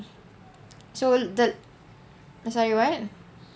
so the sorry what